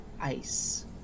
ice